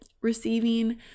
receiving